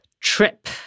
trip